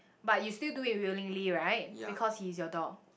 but you still do it willingly right because he's your dog